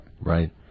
Right